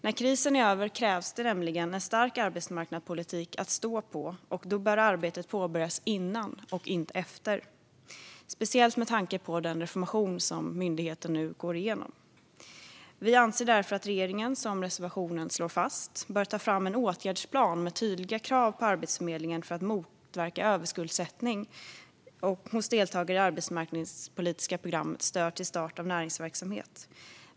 När krisen är över krävs nämligen en stark arbetsmarknadspolitik att stå på, och då bör arbetet påbörjas före, inte efter, speciellt med tanke på den reformering som myndigheten nu går igenom. Vi anser därför att regeringen, såsom slås fast i reservationen, bör ta fram en åtgärdsplan med tydliga krav på Arbetsförmedlingen för att motverka överskuldsättning hos deltagare i det arbetsmarknadspolitiska programmet Stöd till start av näringsverksamhet.